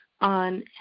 on